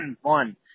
one